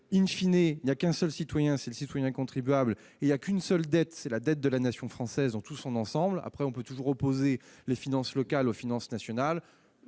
En effet,, il n'y a qu'un seul citoyen, le citoyen contribuable, et qu'une seule dette, la dette de la nation française dans son ensemble. Certes, on peut opposer les finances locales aux finances nationales-